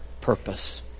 purpose